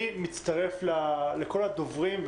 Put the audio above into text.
אני מצטרף לכל הדוברים,